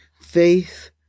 Faith